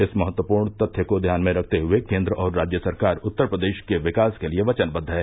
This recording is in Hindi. इस महत्वपूर्ण तथ्य को ध्यान में रखते हुए केंद्र और राज्य सरकार उत्तर प्रदेश के विकास के लिए वचनबद्व है